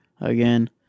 again